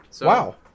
Wow